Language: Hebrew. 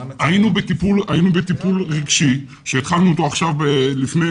א.ב.: היינו בטיפול רגשי שהתחלנו עכשיו, לפני